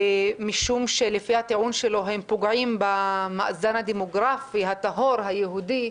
משום שלפי הטיעון שלו הם פוגעים במאזן הדמוגרפי הטהור היהודי,